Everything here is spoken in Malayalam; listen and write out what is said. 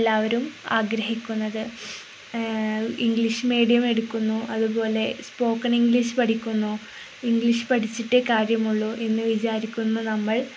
എല്ലാവരും ആഗ്രഹിക്കുന്നത് ഇംഗ്ലീഷ് മീഡിയം എടുക്കുന്നു അതുപോലെ സ്പോക്കൺ ഇംഗ്ലീഷ് പഠിക്കുന്നു ഇംഗ്ലീഷ് പഠിച്ചിട്ടേ കാര്യമുള്ളൂവെന്ന് വിചാരിക്കുന്നു നമ്മൾ